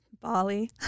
Bali